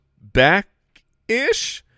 back-ish